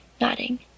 nodding